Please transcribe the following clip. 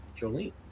Jolene